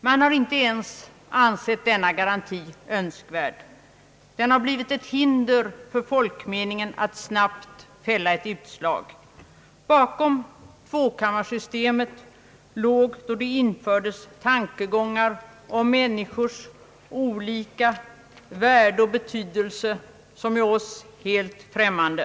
Man har inte ens ansett denna garanti önskvärd. Den har blivit ett hinder för folkmeningen att snabbt fälla ett utslag. Bakom tvåkammarsystemet låg då de inbördes tankegångar om människors olika värde och betydelse, vilka är oss helt främmande.